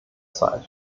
zeit